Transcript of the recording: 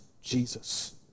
Jesus